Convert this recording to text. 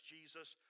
Jesus